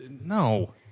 No